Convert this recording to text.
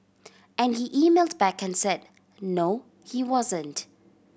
and he emailed back and said no he wasn't